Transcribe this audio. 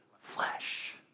Flesh